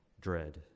Dread